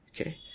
Okay